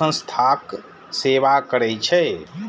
संस्थाक सेवा करै छै